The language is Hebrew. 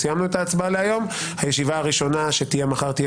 הישיבה הראשונה מחר תהיה